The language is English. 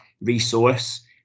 resource